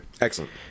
Excellent